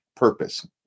Purpose